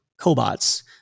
cobots